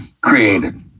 created